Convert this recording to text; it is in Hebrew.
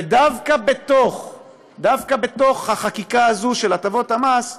ודווקא בחקיקה הזאת, של הטבות המס,